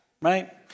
right